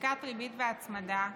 פסיקת ריבית והצמדה,